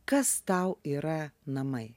kas tau yra namai